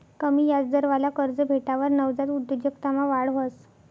कमी याजदरवाला कर्ज भेटावर नवजात उद्योजकतामा वाढ व्हस